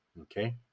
Okay